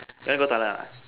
you want to go toilet or not